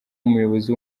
umuyobozi